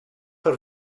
her